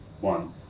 one